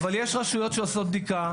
אבל יש רשויות שעושות בדיקה,